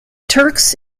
turks